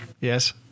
Yes